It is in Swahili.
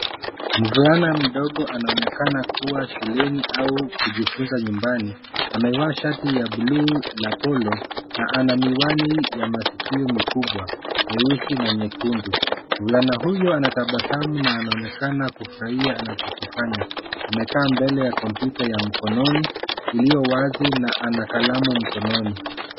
Mvulana mdogo anaonekana kuwa shuleni au kujifunza nyumbani. Amevaa shati ya blue la polo na ana miwani ya masikio makubwa meusi na nyekundu. Mvulana huyo anatabasamu na anaonekana kufurahia anachokifanya. Amekaa mbele ya kompyuta ya mkononi iliyo wazi na ana kalamu mkononi.